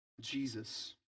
Jesus